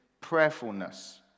prayerfulness